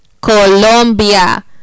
Colombia